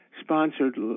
sponsored